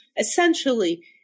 essentially